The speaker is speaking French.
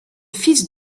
fils